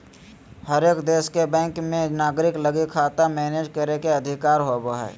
हरेक देश के बैंक मे नागरिक लगी खाता मैनेज करे के अधिकार होवो हय